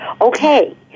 Okay